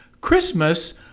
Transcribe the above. Christmas